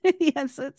Yes